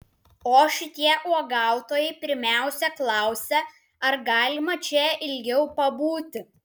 o šitie uogautojai pirmiausia klausia ar galima čia ilgiau pabūti